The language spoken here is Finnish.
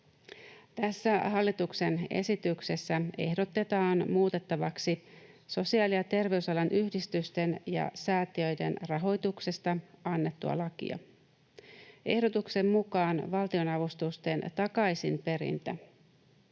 Tässä hallituksen esityksessä ehdotetaan muutettavaksi sosiaali- ja terveysalan yhdistysten ja säätiöiden rahoituksesta annettua lakia. Ehdotuksen mukaan valtionavustusten takaisinperintä